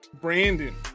Brandon